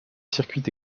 circuits